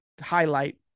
highlight